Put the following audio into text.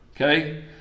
Okay